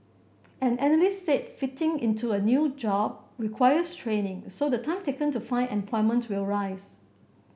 an analyst said fitting into a new job requires training so the time taken to find employment will rise